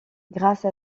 grâce